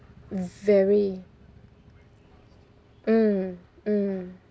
very mm mm